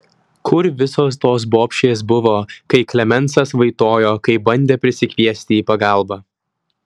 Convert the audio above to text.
kur visos tos bobšės buvo kai klemensas vaitojo kai bandė prisikviesti į pagalbą